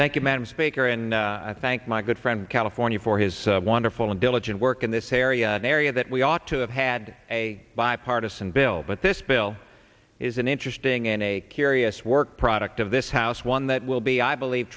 you madam speaker and i thank my good friend california for his wonderful and diligent work in this area an area that we ought to have had a bipartisan bill but this bill is an interesting and a curious work product of this house one that will be i believe